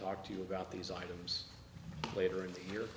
talk to you about these items later in the year